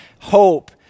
hope